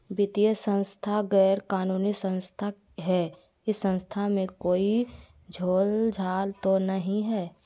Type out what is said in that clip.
वित्तीय संस्था गैर कानूनी संस्था है इस संस्था में कोई झोलझाल तो नहीं है?